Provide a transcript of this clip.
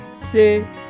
say